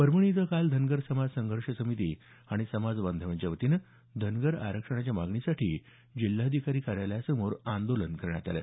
परभणी इथं काल धनगर समाज संघर्ष समिती आणि समाज बांधवांच्या वतीनं धनगर आरक्षणाच्या मागणीसाठी जिल्हाधिकारी कार्यालयासमोर आंदोलन करण्यात आलं